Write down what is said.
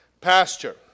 pasture